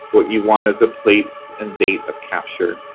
what you want is a place and date of capture.